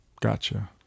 Gotcha